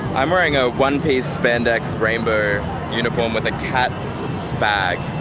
i'm wearing a one-piece spandex rainbow uniform with a cat bag.